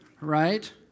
right